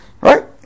Right